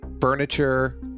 Furniture